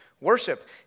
Worship